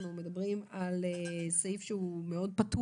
אנחנו מדברים על סעיף שהוא מאוד פתוח.